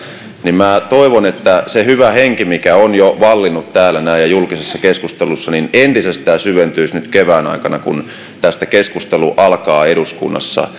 niin minä toivon että se hyvä henki mikä on jo vallinnut täällä ja julkisessa keskustelussa entisestään syventyisi nyt kevään aikana kun tästä keskustelu alkaa eduskunnassa